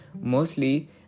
mostly